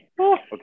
Okay